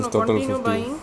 no continue the